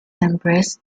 embraced